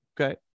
Okay